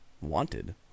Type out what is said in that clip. wanted